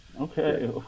Okay